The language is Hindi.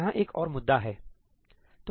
यहां एक और मुद्दा हैसही है